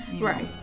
right